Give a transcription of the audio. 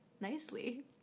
nicely